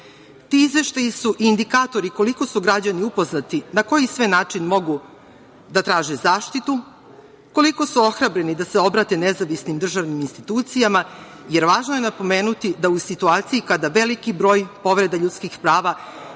izveštaji su indikatori koliko su građani upoznati, na koji sve način mogu da traže zaštitu, koliko su ohrabreni da se obrate nezavisnim državnim institucijama, jer važno je napomenuti da u situaciji kada veliki broj povreda ljudskih prava